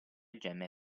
gemme